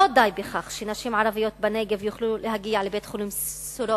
לא די בכך שנשים ערביות בנגב יוכלו להגיע לבית-החולים "סורוקה"